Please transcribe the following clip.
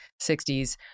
60s